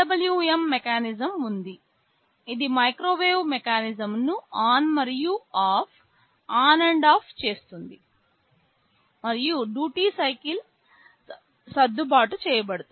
PWM mechanism ఉంది ఇది microwave మెకానిజమ్ను ఆన్ మరియు ఆఫ్ చేస్తుంది మరియు డ్యూటీ సైకిల్ సర్దుబాటు చేయబడుతుంది